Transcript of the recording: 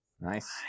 Nice